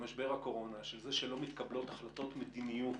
במשבר הקורונה, שזה שלא מתקבלות החלטות מדיניות